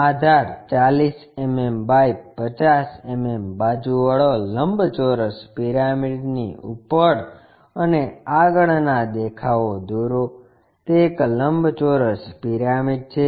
Aadhaar 40 mm by 50 mm બાજુ વાળો લંબચોરસ પિરામિડની ઉપર અને આગળના દેખાવો દોરો તે એક લંબચોરસ પિરામિડ છે